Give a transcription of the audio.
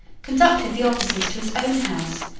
conducted the officers to his own house,